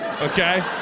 okay